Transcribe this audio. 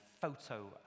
photo